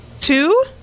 Two